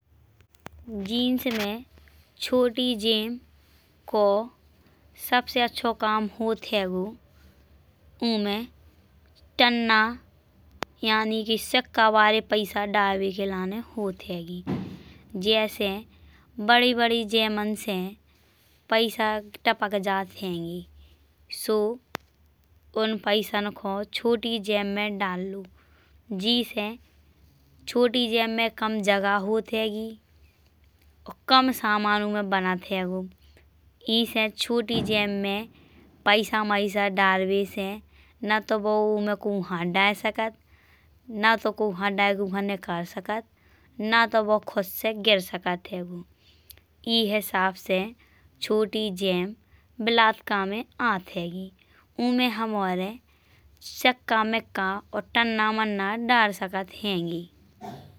जीन्स में छोटी जेब को सबसे अच्छो काम होत हैंगो। उमे तन्ना यानी कि सिक्का वाले पैसा डालबे के लाने होत हैंगी। जैसे बड़ी बड़ी जेबन से पैसा टपक जात हैंगे सो उन पैसों को छोटी जेब में डाल लो। जैसे छोटी जेब में कम जगह होत हैंगी और कम सामान बनत हैंगो। ईसे छोटी जेब में पैसा मैसा दरबे से ना तो वो उमे कोउ हाथ दार सकत। ना तो कोउ हाथ दार उका निकाल सकत ना तो वो खुद से गिर सकत हैंगो। ई हिसाब से छोटी जेब बिलात कामे आत हैंगी। उमे हम और सिक्का मिक्का और तन्ना मन्ना दार सकत हैंगे।